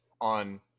on